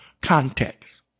context